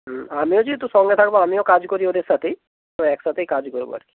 হুম আমিও যেহেতু সঙ্গে থাকবো আমিও কাজ করি ওদের সাথেই তো একসাথেই কাজ করবো আর কি